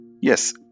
Yes